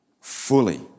Fully